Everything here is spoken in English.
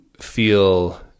feel